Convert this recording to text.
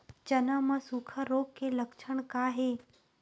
चना म सुखा रोग के लक्षण का हे?